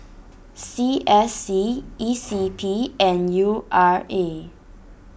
C S C E C P and U R A